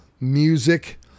music